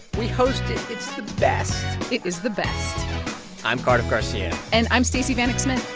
we host it. it's the best it is the best i'm cardiff garcia and i'm stacey vanek smith.